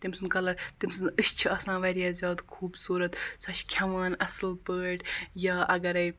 تٔمۍ سُنٛد کَلَر تٔمۍ سٕنٛز أچھ چھِ آسان واریاہ زیادٕ خوٗبصوٗرت سۄ چھِ کھٮ۪وان اَصٕل پٲٹھۍ یا اَگَرَے